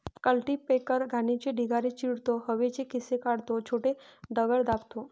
cultipacker घाणीचे ढिगारे चिरडतो, हवेचे खिसे काढतो, छोटे दगड दाबतो